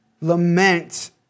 Lament